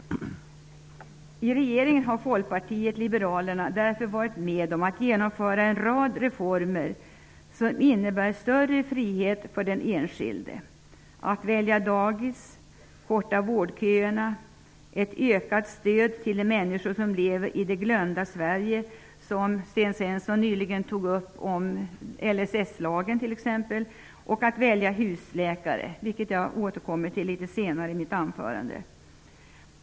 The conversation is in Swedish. I regeringen har Folkpartiet liberalerna därför varit med om att genomföra en rad reformer som innebär större frihet för den enskilde. Vi har gjort det möjligt att välja dagis, vi har kortat vårdköerna, vi har åstadkommit ett ökat stöd till de människor som lever i det glömda Sverige -- jag tänker då på t.ex. den lag som Sten Svensson tog upp, LSS. Möjligheten att välja husläkare återkommer jag till litet senare i mitt anförande.